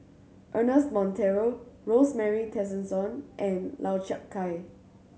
Ernest Monteiro Rosemary Tessensohn and Lau Chiap Khai